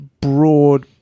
broad